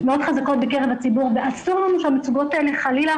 מאוד חזקות בקרב הציבור ואסור לנו שהמצוקות האלה חלילה